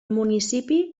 municipi